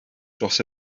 dros